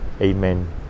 Amen